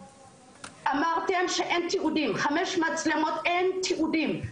אמרתם שאין תיעודים, חמש מצלמות, אין תיעודים.